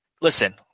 Listen